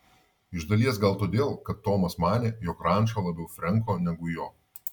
iš dalies gal todėl kad tomas manė jog ranča labiau frenko negu jo